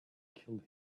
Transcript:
killed